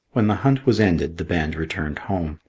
when the hunt was ended, the band returned home.